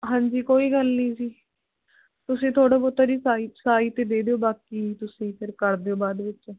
ਹਾਂਜੀ ਕੋਈ ਗੱਲ ਨਹੀਂ ਜੀ ਤੁਸੀਂ ਥੋੜ੍ਹਾ ਬਹੁਤਾ ਜੀ ਸਾਈ ਸਾਈ 'ਤੇ ਦੇ ਦਿਓ ਬਾਕੀ ਤੁਸੀਂ ਫਿਰ ਕਰ ਦਿਓ ਬਾਅਦ ਵਿੱਚ